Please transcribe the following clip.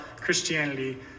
Christianity